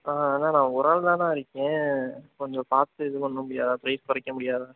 ஆ அண்ணா நான் ஒரு ஆள் தான்ணா இருக்கேன் கொஞ்சம் பார்த்து இது பண்ண முடியாதா ரேட் குறைக்க முடியாதா